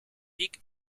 dick